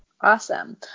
Awesome